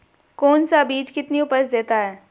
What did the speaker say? कौन सा बीज कितनी उपज देता है?